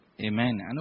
Amen